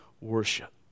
worship